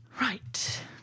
Right